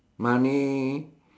money